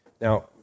Now